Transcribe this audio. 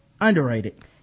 underrated